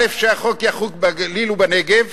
דבר ראשון, שהחוק יחול בגליל ובנגב,